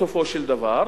בסופו של דבר,